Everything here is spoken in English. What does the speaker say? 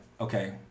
okay